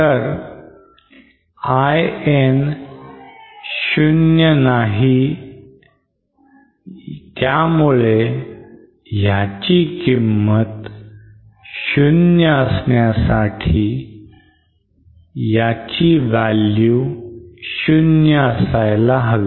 जर In' 0 नाही आहे त्यामुळे ह्याची किंमत 0 असण्यासाठी याची value 0 असायला हवी